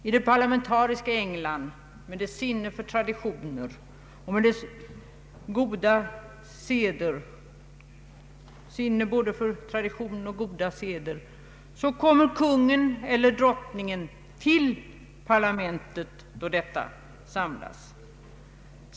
I det parlamentariska England, med dess sinne för traditioner och goda seder, kommer kungen eller drottningen till parlamentet då detta samlas.